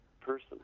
person